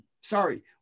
sorry